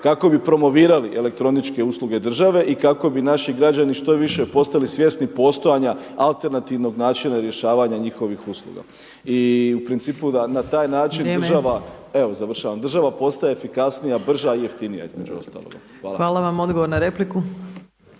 kako bi promovirali elektroničke usluge države i kako bi naši građani što više postali svjesni postojanja alternativnog načina rješavanja njihovih usluga. I u principu na taj način država … …/Upadica Opačić: Vrijeme./… Evo završavam.